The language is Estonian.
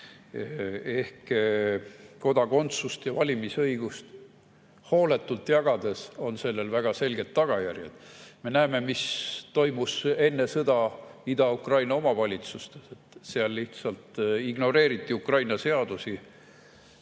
Ehk kodakondsuse ja valimisõiguse hooletult jagamisel on väga selged tagajärjed. Me nägime, mis toimus enne sõda Ida-Ukraina omavalitsustes – seal lihtsalt ignoreeriti Ukraina seadusi,